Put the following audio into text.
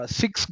six